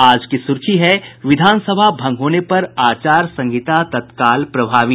आज की सुर्खी है विधानसभा भंग होने पर आचार संहिता तत्काल प्रभावी